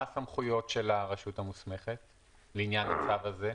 מה הסמכויות של הרשות המוסמכת לעניין הצו הזה?